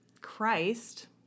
Christ